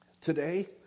today